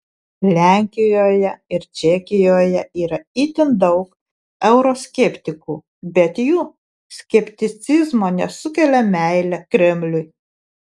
lenkijoje ir čekijoje yra itin daug euroskeptikų bet jų skepticizmo nesukelia meilė kremliui